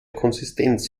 konsistenz